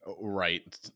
Right